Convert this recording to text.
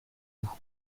bout